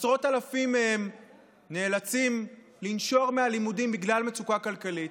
עשרות אלפים מהם נאלצים לנשור מהלימודים בגלל מצוקה כלכלית,